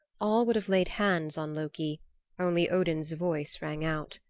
all would have laid hands on loki only odin's voice rang out.